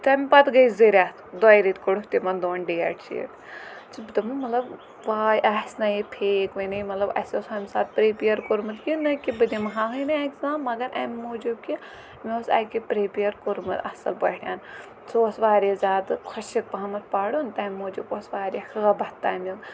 تَمہِ پَتہٕ گٔے زٕ رٮ۪تھ دۄیہِ رٮ۪تھۍ کوٚڑُکھ تِمَن دۄن ڈیٹ شیٖٹ چھَس بہٕ دَپَن مطلب واے آسہِ نہ یہِ پھیک وَنے مطلب اَسہِ اوس ہُمہِ ساتہٕ پرٛپِیَر کوٚرمُت کہِ نہ کہِ بہٕ دِمہٕ ہاہٕے نہٕ اٮ۪کزام مگر اَمہِ موٗجوٗب کہِ مےٚ اوس اَکہِ پرٛپِیَر کوٚرمُت اَصٕل پٲٹھۍ سُہ اوس واریاہ زیادٕ خۄشِک پَہمَتھ پَرُن تَمہِ موٗجوٗب اوس واریاہ ہٲبَتھ تَمیُک